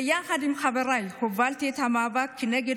ביחד עם חבריי הובלתי את המאבק נגד